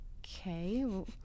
okay